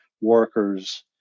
workers